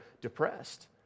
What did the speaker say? depressed